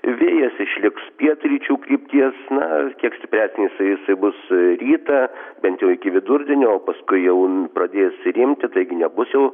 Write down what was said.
vėjas išliks pietryčių krypties na kiek stipresnis jisai bus rytą bent jau iki vidurdienio o paskui jau pradės rimti taigi nebus jau